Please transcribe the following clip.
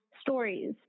stories